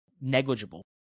negligible